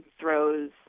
throws